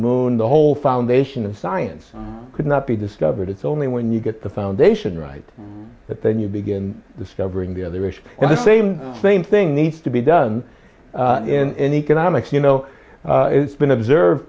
moon the whole foundation of science could not be discovered it's only when you get the foundation right but then you begin discovering the other issue and the same same thing needs to be done in economics you know it's been observe